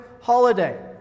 holiday